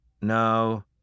No